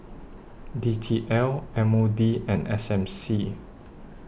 D T L M O D and S M C